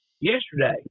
yesterday